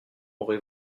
aurez